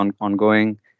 ongoing